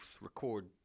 record